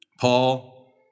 Paul